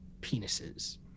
penises